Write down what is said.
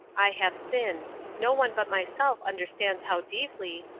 i have sinned no one but myself understands how deeply,